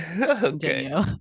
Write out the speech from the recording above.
Okay